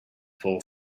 fall